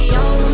on